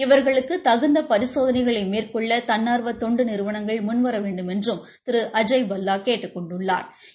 இவர்களுக்கு தகுந்த பரிசோதனைகளை மேற்கொள்ள தன்னார்வ தொண்டு நிறுவனங்கள் முன்வர வேண்டுமென்றும் திரு அஐய் பல்லா கேட்டுக் கொண்டுள்ளாா்